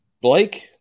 Blake